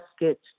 basket